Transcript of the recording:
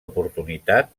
oportunitat